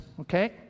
okay